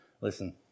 Listen